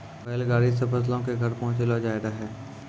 बैल गाड़ी से फसलो के घर पहुँचैलो जाय रहै